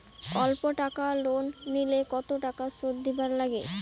অল্প টাকা লোন নিলে কতো টাকা শুধ দিবার লাগে?